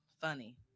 funny